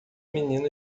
menina